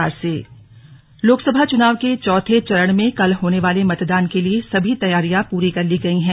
लोकसभा चुनाव लोकसभा चुनाव के चौथे चरण में कल होने वाले मतदान के लिए सभी तैयारियां पूरी कर ली गई हैं